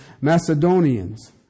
Macedonians